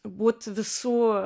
būt visų